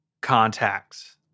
Contacts